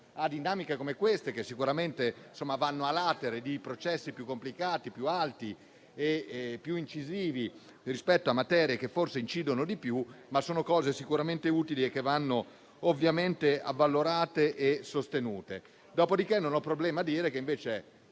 a dinamiche come queste, che sicuramente vanno *a latere* di processi più complicati, più alti e più incisivi rispetto a materie che forse incidono maggiormente, ma che sono sicuramente utili e vanno ovviamente avvalorate e sostenute. Dopodiché non ho problemi a dire che invece,